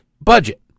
budget